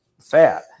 fat